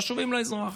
הם חשובים לאזרח.